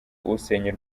usenya